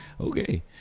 okay